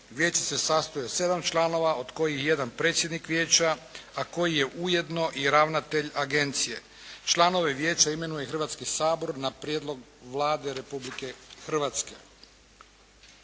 Vijeće se sastoji od sedam članova od kojih je jedan predsjednik vijeća, a koji je ujedno i ravnatelj agencije. Članove vijeća imenuje Hrvatski sabor na prijedlog Vlade Republike Hrvatske.